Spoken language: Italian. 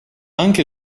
anche